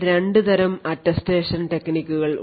രണ്ട് തരം അറ്റസ്റ്റേഷൻ ടെക്നിക്കുകൾ ഉണ്ട്